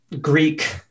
Greek